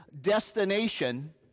destination